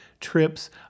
TRIPS